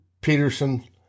Peterson